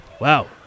Wow